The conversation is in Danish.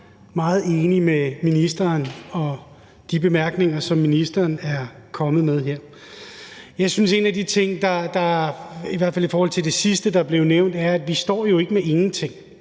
er meget enige med ministeren og de bemærkninger, som ministeren er kommet med her. Jeg synes, at en af de ting, der er – i hvert fald i forhold til det sidste, der blev nævnt – er, at vi jo ikke står med ingenting.